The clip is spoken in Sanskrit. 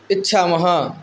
इच्छामः